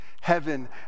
Heaven